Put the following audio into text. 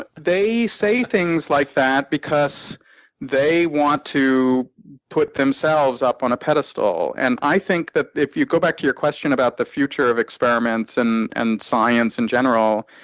ah they say things like that because they want to put themselves up on a pedestal. and i think that if you go back to your question about the future of experiments and and science in general,